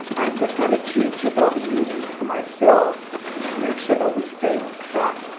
and this kind of cheat sheet that i'll be using for myself to make sure that we stay on track,